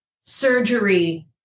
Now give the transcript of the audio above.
surgery